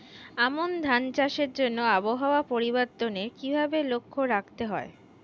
আমন ধান চাষের জন্য আবহাওয়া পরিবর্তনের কিভাবে লক্ষ্য রাখতে হয়?